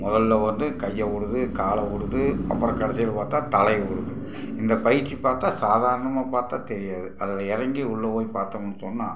முதல்ல வந்து கையை விடுது காலை விடுது அப்புறம் கடைசியில பார்த்தா தலையை விடுது இந்தப் பயிற்சி பார்த்தா சாதாரணமாக பார்த்தா தெரியாது அதில் இறங்கி உள்ளே போய் பார்த்தோம்னு சொன்னால்